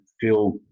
feel